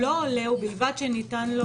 העצור.